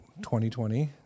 2020